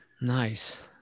Nice